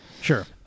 Sure